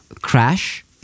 crash